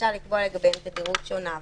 שאפשר לקבוע לגביהם תדירות שונה.